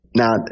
now